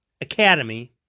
academy